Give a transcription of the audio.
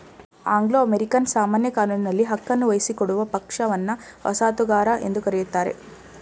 Anglo American ಸಾಮಾನ್ಯ ಕಾನೂನಿನಲ್ಲಿ ಹಕ್ಕನ್ನು ವಹಿಸಿಕೊಡುವ ಪಕ್ಷವನ್ನ ವಸಾಹತುಗಾರ ಎಂದು ಕರೆಯುತ್ತಾರೆ